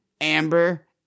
Amber